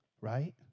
Right